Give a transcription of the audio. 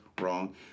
Wrong